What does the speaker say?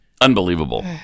Unbelievable